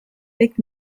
pick